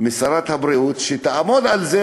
משרת הבריאות לעמוד על זה.